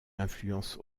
l’influence